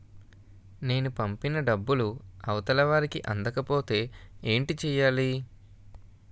నేను పంపిన డబ్బులు అవతల వారికి అందకపోతే ఏంటి చెయ్యాలి?